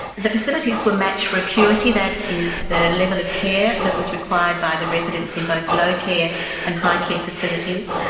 the facilities were matched for acuity, that is the level of care that was required by the residents in both low care and high care facilities,